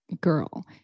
girl